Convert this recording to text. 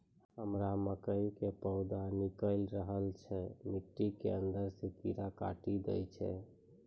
हमरा मकई के पौधा निकैल रहल छै मिट्टी के अंदरे से कीड़ा काटी दै छै?